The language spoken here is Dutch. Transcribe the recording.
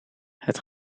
het